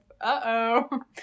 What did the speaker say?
Uh-oh